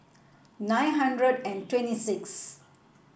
nine hundred and twenty sixth